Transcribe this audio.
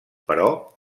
però